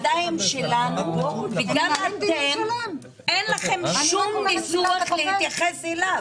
אין לכם כל ניסוח להתייחס אליו.